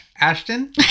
Ashton